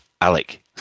Alec